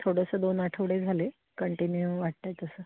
थोडंसं दोन आठवडे झाले कंटिन्यू वाटत आहे तसं